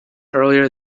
earlier